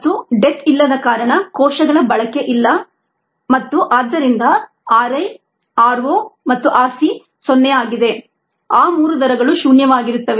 ಮತ್ತು ಡೆತ್ ಇಲ್ಲದ ಕಾರಣ ಕೋಶಗಳ ಬಳಕೆ ಇಲ್ಲ ಆದ್ದರಿಂದ r i r o ಮತ್ತು r c 0 ಆಗಿದೆ ಆ 3 ದರಗಳು ಶೂನ್ಯವಾಗಿರುತ್ತವೆ